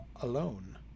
alone